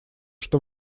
что